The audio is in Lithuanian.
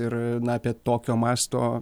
ir na apie tokio masto